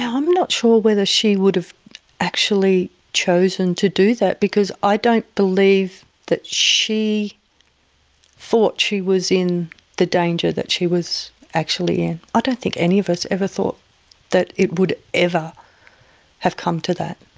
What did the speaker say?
i'm not sure whether she would have actually chosen to do that because i don't believe that she thought she was in the danger that she was actually in. i ah don't think any of us ever thought that it would ever have come to that,